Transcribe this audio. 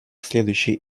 следующих